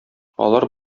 алар